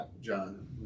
John